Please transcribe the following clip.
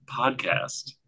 podcast